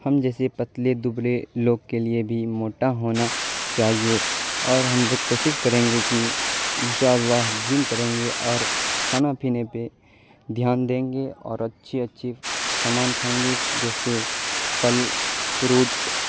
ہم جیسے پتلے دبلے لوگ کے لیے بھی موٹا ہونا چاہیے اور ہم لوگ کوشش کریں گے کہ ان شاء اللہ جم کریں گے اور کھانا پینے پہ دھیان دیں گے اور اچھی اچھی سامان کھائیں گے جیسے پھل فروٹ